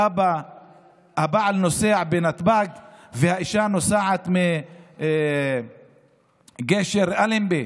הבעל נוסע בנתב"ג והאישה נוסעת בגשר אלנבי,